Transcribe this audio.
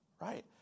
Right